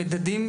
מדדים,